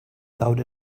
loud